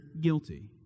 guilty